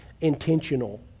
intentional